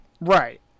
Right